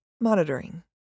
monitoring